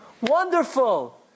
Wonderful